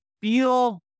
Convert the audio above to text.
feel